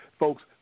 Folks